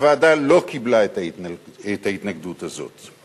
הוועדה לא קיבלה את ההתנגדות הזאת.